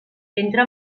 entra